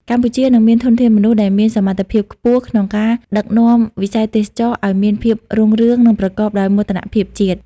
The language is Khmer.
កម្ពុជានឹងមានធនធានមនុស្សដែលមានសមត្ថភាពខ្ពស់ក្នុងការដឹកនាំវិស័យទេសចរណ៍ឱ្យមានភាពរុងរឿង និងប្រកបដោយមោទនភាពជាតិ។